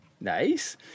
Nice